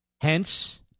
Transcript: Hence